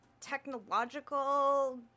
technological